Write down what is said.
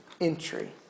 entry